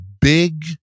big